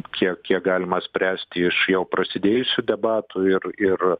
kiek kiek galima spręsti iš jau prasidėjusių debatų ir ir